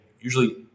usually